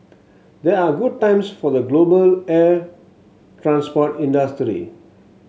there are good times for the global air transport industry